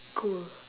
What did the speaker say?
gold